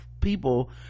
people